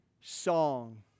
song